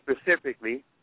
specifically